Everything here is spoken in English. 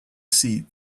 seat